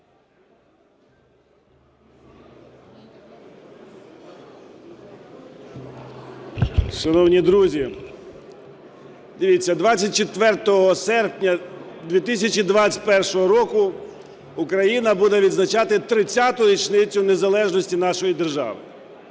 Шановні друзі, дивіться, 24 серпня 2021 року Україна буде відзначати 30-ту річницю незалежності нашої держави.